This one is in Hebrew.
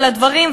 על הדברים,